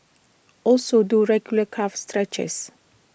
also do regular calf stretches